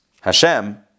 Hashem